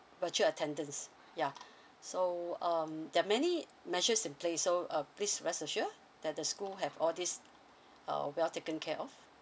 virtual attendance yeah so um there're many measures in place so uh please rest assured that the school have all these uh well taken care of